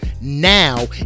now